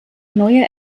neuer